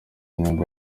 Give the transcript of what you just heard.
nimba